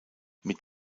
mit